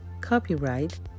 Copyright